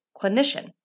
Clinician